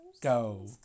Go